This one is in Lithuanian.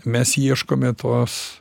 mes ieškome tos